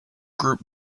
group